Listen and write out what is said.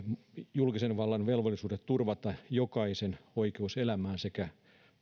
julkisen vallan velvollisuuteen turvata jokaisen oikeus elämään sekä